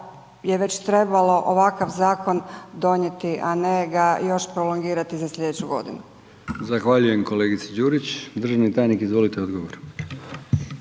je već trebalo ovakav zakon donijeti, a ne ga još prolongirati za slijedeću godinu. **Brkić, Milijan (HDZ)** Zahvaljujem kolegici Đurić. Državni tajnik izvolite odgovor.